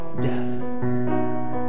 death